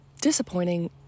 disappointing